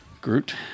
Groot